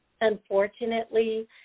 Unfortunately